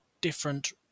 different